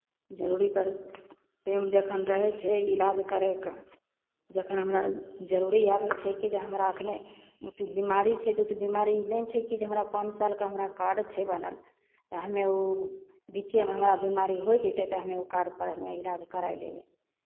जरुरीपर time जखन रहै छै इलाज करयके जखन हमरा जरूरी आबै छै कि जे हमरा एखने बिमारी छै तऽ ओ तऽ बिमारी नहि छै कि जे हमरा पाँच सालके हमरा कार्ड छै बनल तऽ हमे ओ बीचेमे हमरा बिमारी होय जेतै तऽ हमे ओ कार्डपर हमे इलाज कराए लेबै